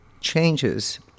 changes